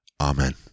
Amen